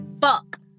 fuck